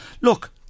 Look